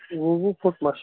وُہ وُہ فُٹ مَا چھِ